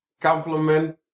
compliment